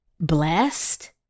blessed